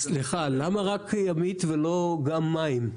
סליחה, למה רק ימית ולא גם מים?